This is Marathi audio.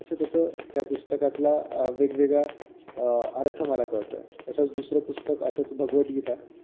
तसंतसं त्या पुस्तकातला वेगवेगळा अर्थ मला कळतो आहे तसंच दुसरं पुस्तक असंच भगवद्गीता